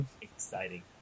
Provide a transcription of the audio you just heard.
exciting